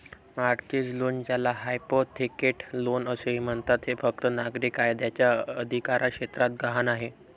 mortgage loan, ज्याला hypothecate loan असेही म्हणतात, हे फक्त नागरी कायद्याच्या अधिकारक्षेत्रात गहाण आहे